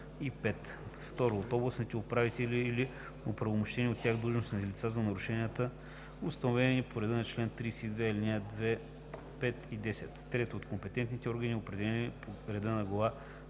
2. от областните управители или оправомощени от тях длъжностни лица – за нарушенията, установени по реда на чл. 32, ал. 2, 5 и 10; 3. от компетентните органи, определени по реда на глава